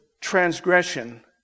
transgression